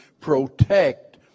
protect